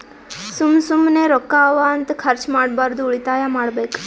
ಸುಮ್ಮ ಸುಮ್ಮನೆ ರೊಕ್ಕಾ ಅವಾ ಅಂತ ಖರ್ಚ ಮಾಡ್ಬಾರ್ದು ಉಳಿತಾಯ ಮಾಡ್ಬೇಕ್